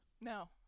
No